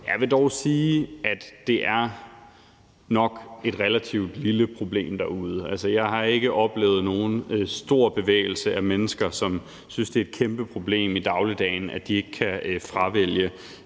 Jeg vil dog sige, at det nok er et relativt lille problem derude. Altså, jeg har ikke oplevet nogen stor bevægelse af mennesker, som synes, det er et kæmpeproblem i dagligdagen, at de ikke kan fravælge